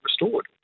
restored